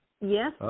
Yes